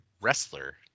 wrestler